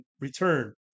return